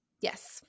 Yes